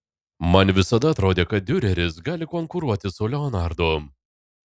man visada atrodė kad diureris gali konkuruoti su leonardu